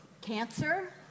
Cancer